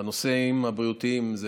בנושאים הבריאותיים זה